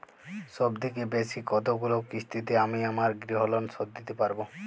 সবথেকে বেশী কতগুলো কিস্তিতে আমি আমার গৃহলোন শোধ দিতে পারব?